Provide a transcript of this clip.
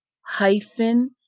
hyphen